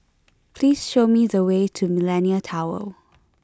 please show me the way to Millenia Tower